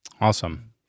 Awesome